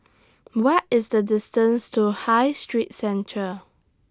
What IS The distance to High Street Centre